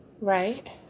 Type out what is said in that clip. right